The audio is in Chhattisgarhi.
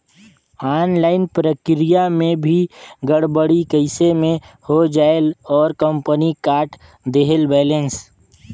ऑनलाइन प्रक्रिया मे भी गड़बड़ी कइसे मे हो जायेल और कंपनी काट देहेल बैलेंस?